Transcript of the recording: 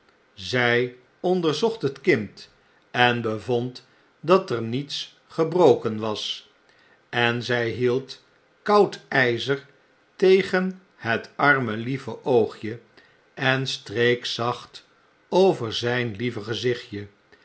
zy onderzocht het kind en bevond dat er niets gebroken was en zjj hielc koud yzer tegen het arme lieve oogje en streek zacht over zjjn lieve gezichtje